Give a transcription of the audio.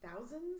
Thousands